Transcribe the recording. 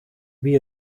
wie